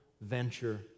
venture